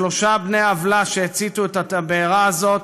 שלושה בני העוולה שהציתו את הבערה הזאת,